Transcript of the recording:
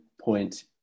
point